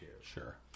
Sure